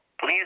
Please